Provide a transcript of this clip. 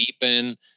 deepen